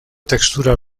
textura